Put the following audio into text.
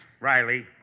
Riley